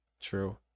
True